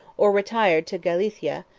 or retired to gallicia,